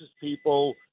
people